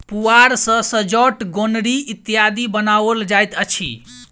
पुआर सॅ सजौट, गोनरि इत्यादि बनाओल जाइत अछि